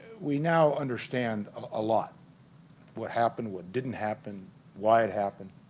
we now understand a lot what happened what didn't happen why it happened